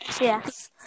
Yes